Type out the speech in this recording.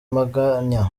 amaganya